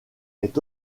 est